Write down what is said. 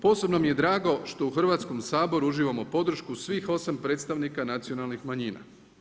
Posebno mi je drago što u Hrvatskom saboru uživamo podršku svih 8 predstavnika nacionalnih manjina.